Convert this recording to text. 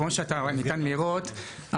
כמו שניתן לראות,